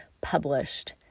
published